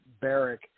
Barrick